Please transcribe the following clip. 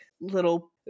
little